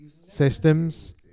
systems